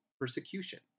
persecution